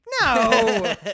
No